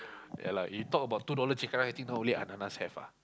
ya lah you talk about two dollar chicken rice think now only Ananas have ah